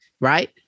right